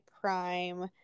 prime